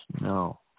No